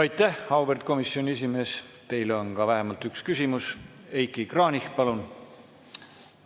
Aitäh, auväärt komisjoni esimees! Teile on vähemalt üks küsimus. Heiki Kranich, palun!